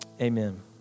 amen